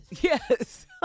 Yes